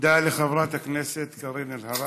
תודה לחברת הכנסת קארין אלהרר.